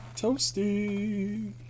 Toasty